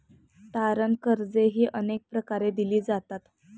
तारण कर्जेही अनेक प्रकारे दिली जातात